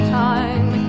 time